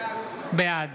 בעד